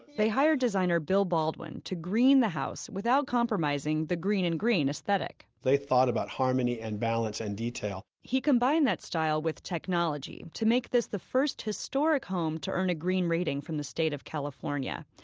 they hired designer bill baldwin to green the house without compromising the greene and greene aesthetic they thought about harmony and balance and detail he combined that style with technology to make this the first historic home to earn a green rating from the state of california.